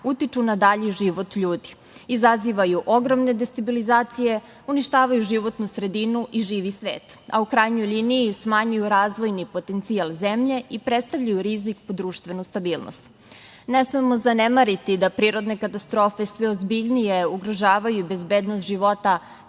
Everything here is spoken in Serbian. utiču na dalji život ljudi, izazivaju ogromne destabilizacije, uništavaju životnu sredinu i živi svet, a u krajnjoj liniji smanjuju razvojni potencijal zemlje i predstavljaju rizik po društvenu stabilnost. Ne smemo zanemariti da prirodne katastrofe sve ozbiljnije ugrožavaju bezbednost života